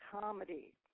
comedy